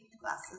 glasses